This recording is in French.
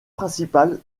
principal